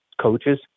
coaches